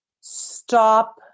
stop